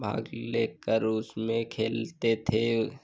भाग लेकर उसमें खेलते थे